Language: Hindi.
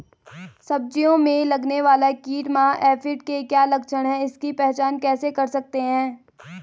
सब्जियों में लगने वाला कीट माह एफिड के क्या लक्षण हैं इसकी पहचान कैसे कर सकते हैं?